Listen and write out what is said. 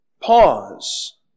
pause